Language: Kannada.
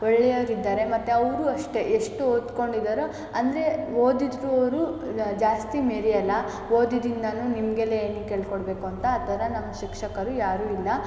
ಒಳ್ಳೆಯವ್ರಿದ್ದಾರೆ ಮತ್ತು ಅವರೂ ಅಷ್ಟೇ ಎಷ್ಟು ಓದಿಕೊಂಡಿದ್ದಾರೊ ಅಂದರೆ ಓದಿದ್ದರೂ ಅವರು ಜಾಸ್ತಿ ಮೆರೆಯೋಲ್ಲ ಓದಿದೀನಿ ನಾನು ನಿಮಗೆಲ್ಲ ಏನಕ್ಕೆ ಹೇಳ್ಕೊಡ್ಬೇಕು ಅಂತ ಆ ಥರ ನಮ್ಮ ಶಿಕ್ಷಕರು ಯಾರೂ ಇಲ್ಲ